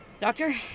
Doctor